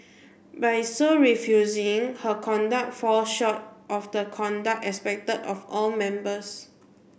by so refusing her conduct fall short of the conduct expected of all members